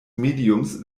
mediums